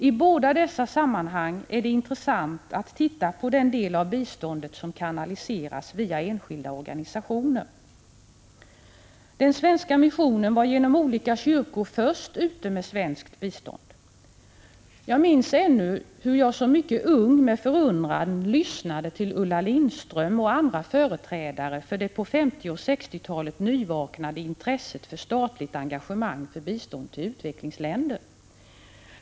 I båda dessa avseenden är det intressant att titta på den del av biståndet som kanaliseras via enskilda organisationer. Den svenska missionen var genom olika kyrkor först ute med svenskt bistånd. Jag minns ännu hur jag som mycket ung med förundran lyssnade till Ulla Lindström och andra företrädare för det på 1950 och 1960-talet nyvaknade intresset för statligt engagemang för bistånd till utvecklingsländer.